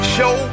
Show